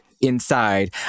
inside